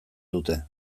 dute